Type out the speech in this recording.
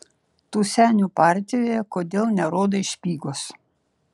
tu senių partijoje kodėl nerodai špygos